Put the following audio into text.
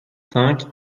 cinq